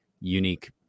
unique